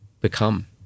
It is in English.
become